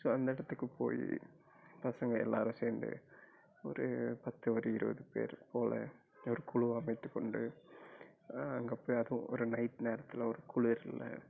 so அந்த இடத்துக்கு போய் பசங்கள் எல்லாேரும் சேர்ந்து ஒரு பத்து ஒரு இருபது பேர் போல் ஒரு குழு அமைத்து கொண்டு அங்கே போய் அதுவும் ஒரு நைட் நேரத்தில் ஒரு குளூரில்